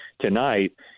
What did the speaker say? tonight